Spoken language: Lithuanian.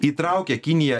įtraukė kiniją